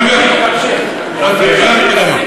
אופיר, תירגע.